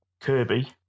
Kirby